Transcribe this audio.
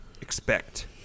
expect